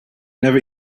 never